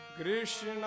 Krishna